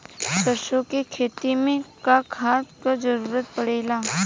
सरसो के खेती में का खाद क जरूरत पड़ेला?